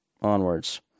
onwards